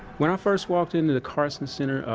when i first walked into the carson center uh,